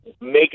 make